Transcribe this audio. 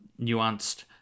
nuanced